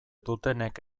dutenek